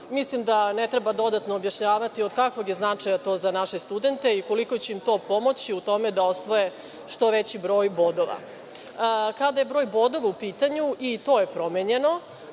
Mislim da ne treba dodatno objašnjavati od kakvog je značaja to za naše studente i koliko će im to pomoći u tome da osvoje što veći broj bodova. Kada je broj bodova u pitanju, i to je promenjeno.